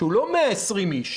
שהוא לא 120 איש,